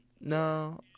No